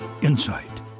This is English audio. insight